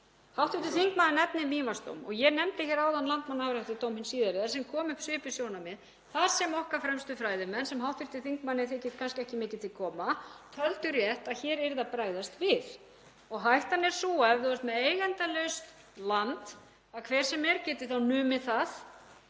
málum. Hv. þingmaður nefnir Mývatnsdóminn og ég nefndi hér áðan Landmannaafréttardóminn síðari þar sem komu upp svipuð sjónarmið þar sem okkar fremstu fræðimenn, sem hv. þingmanni þykir kannski ekki mikið til koma, töldu rétt að hér yrði að bregðast við. Hættan er sú ef þú ert með eigendalaust land — að hver sem er geti numið það